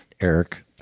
Eric